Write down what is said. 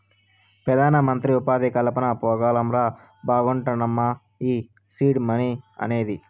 పెదానమంత్రి ఉపాధి కల్పన పోగ్రాంల బాగమంటమ్మను ఈ సీడ్ మనీ అనేది